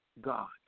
God